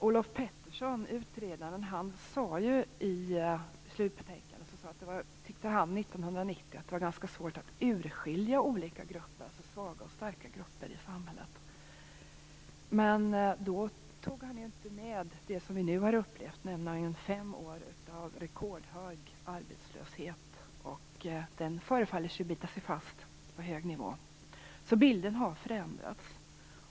Olof Pettersson, utredaren, sade ju i slutbetänkandet 1990 att han tyckte att det var ganska svårt att urskilja olika grupper, alltså svaga och starka grupper i samhället. Men då tog han ju inte med det som vi nu har upplevt, nämligen fem år av rekordhög arbetslöshet. Arbetslösheten förefaller att bita sig fast på en hög nivå. Bilden har alltså förändrats.